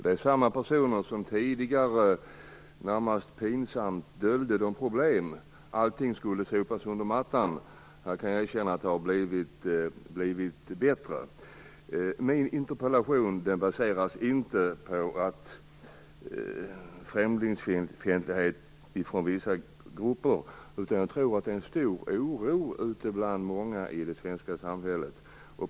Det är samma personer som tidigare närmast pinsamt dolde problemen; allting skulle sopas under mattan. Jag kan erkänna att det har blivit bättre. Min interpellation baseras inte på främlingsfientlighet från vissa grupper, utan jag tror att det finns en stor oro bland många ute i det svenska samhället.